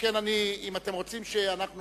שכן אם אתם רוצים שאנחנו